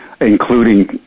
including